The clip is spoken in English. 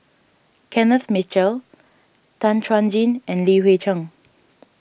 Kenneth Mitchell Tan Chuan Jin and Li Hui Cheng